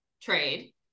trade